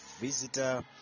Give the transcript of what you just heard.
visitor